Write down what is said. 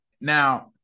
Now